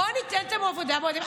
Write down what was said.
בוא ניתן להם עבודה מועדפת.